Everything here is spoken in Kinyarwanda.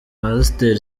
pasiteri